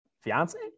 fiance